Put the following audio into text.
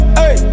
hey